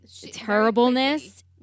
terribleness